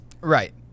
Right